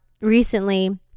recently